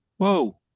Whoa